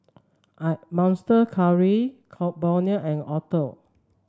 Monster Curry Burnie and Acuto